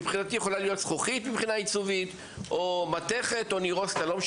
מבחינתי מבחינה עיצובית היא יכולה להיות מזכוכית או מתכת וכד'.